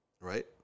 Right